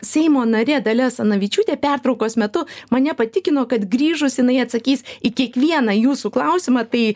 seimo narė dalia asanavičiūtė pertraukos metu mane patikino kad grįžus jinai atsakys į kiekvieną jūsų klausimą tai